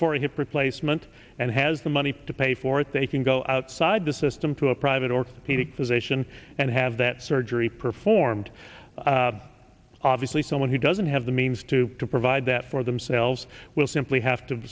for a hip replacement and has the money to pay for it they can go outside the system to a private orthopedic physician and have that surgery performed obviously someone who doesn't have the means to provide that for themselves will simply have to